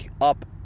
up